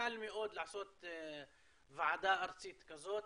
קל מאוד לעשות ועדה ארצית כזאת,